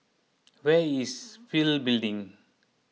where is Pil Building